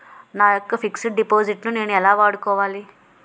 నా యెక్క fixed deposit ను నేను ఎలా వాడుకోవాలి?